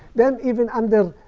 then even under